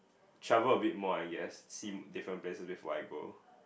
travel a bit more I guess see different places before I go